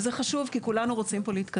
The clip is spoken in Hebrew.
זה חשוב, כי כולנו פה רוצים להתקדם.